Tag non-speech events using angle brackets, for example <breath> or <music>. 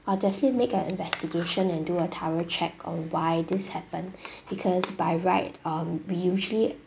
I'll definitely make an investigation and do a thorough check on why this happened <breath> because by right um we usually